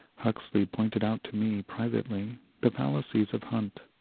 huxley pointed out to me privately the fallacies of hunt,